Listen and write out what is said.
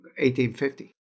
1850